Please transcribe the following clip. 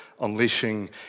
unleashing